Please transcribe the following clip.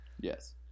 Yes